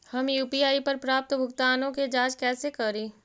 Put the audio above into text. हम यु.पी.आई पर प्राप्त भुगतानों के जांच कैसे करी?